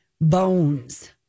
Bones